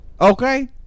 okay